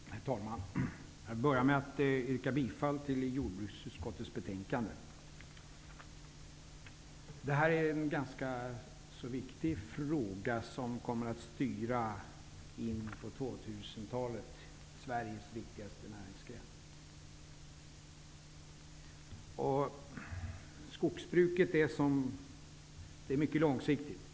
Herr talman! Jag vill börja med att yrka bifall till jordbruksutskottets hemställan. Det här är en ganska viktig fråga som in på 2000 talet kommer att styra Sveriges viktigaste näringsgren. Skogsbruket är mycket långsiktigt.